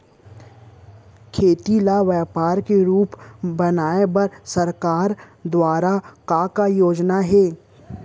खेती ल व्यापार के रूप बनाये बर सरकार दुवारा का का योजना हे?